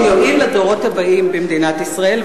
שיועיל לדורות הבאים במדינת ישראל,